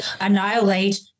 annihilate